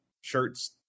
shirts